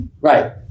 Right